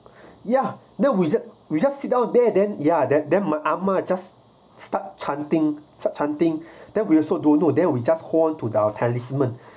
ya then we just we just sit down there then ya then then ah ma just start chanting start chanting then we also don't know then we just hold onto the talisman